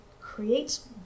creates